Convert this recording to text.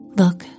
look